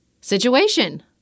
situation